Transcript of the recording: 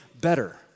better